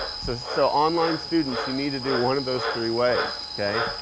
so so online students, you need to do one of those three ways, okay?